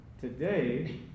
today